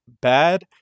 bad